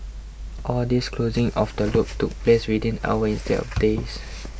all this closing of the loop took place within hours instead of days